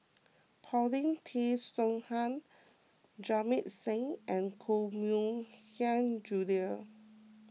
Paulin Tay Straughan Jamit Singh and Koh Mui Hiang Julie